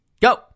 go